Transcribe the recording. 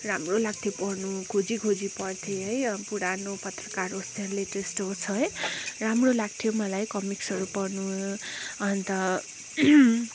राम्रो लाग्थ्यो पढ्नु खोजी खोजी पढ्थेँ है अब पुरानो पत्रकार होस् या लेटेस्ट होस् है राम्रो लाग्थ्यो मलाई कमिक्सहरू पढ्नु अन्त